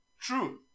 True